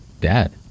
dad